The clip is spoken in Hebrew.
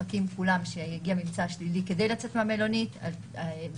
מחכים שיגיע ממצא שלילי כדי לצאת מהמלונית ואם